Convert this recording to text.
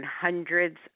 hundreds